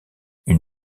une